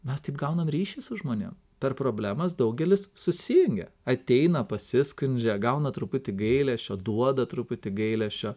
mes taip gaunam ryšį su žmonėm per problemas daugelis susijungia ateina pasiskundžia gauna truputį gailesčio duoda truputį gailesčio